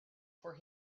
for